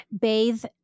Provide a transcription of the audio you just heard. bathe